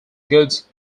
goods